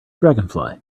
dragonfly